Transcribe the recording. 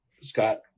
Scott